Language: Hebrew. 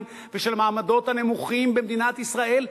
ושל המעמדות הנמוכים במדינת ישראל,